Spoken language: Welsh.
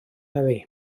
heddiw